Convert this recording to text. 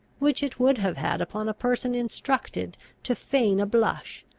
which it would have had upon a person instructed to feign a blush,